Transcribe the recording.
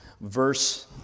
verse